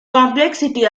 complexity